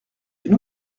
une